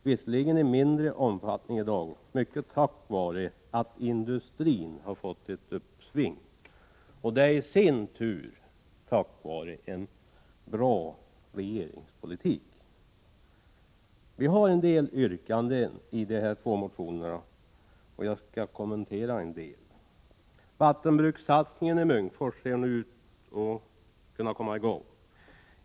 Visserligen är de av mindre omfattning i dag, mycket tack vare att industrin har fått ett uppsving, vilket i sin tur har skett tack vare en bra regeringspolitik. Vi har en hel del yrkanden i dessa två motioner. Jag skall kommentera några av dem. Vattenbrukssatsningen i Munkfors ser nu ut att kunna komma i gång.